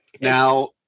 Now-